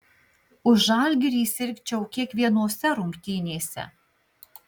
už žalgirį sirgčiau kiekvienose rungtynėse